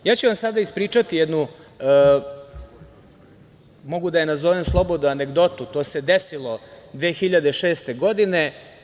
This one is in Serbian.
Ja ću vam sada ispričati jednu, mogu slobodno da je nazovem anegdotu, a to se desilo 2006. godine.